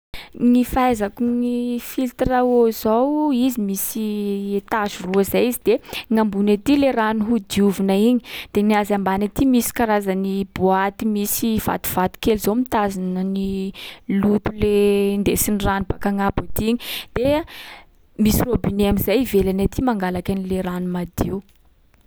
Gny fahaizako gny filtre eau zao: izy misy étage roa zay izy, de gn'ambony aty le rano hodiovina igny, de gnazy ambany aty misy karazany boaty misy vatovato kely zao mitazona ny loto le ndesin’rano baka agnabo aty iny. De misy robinet am’zay ivelany aty mangalaky an’le rano madio.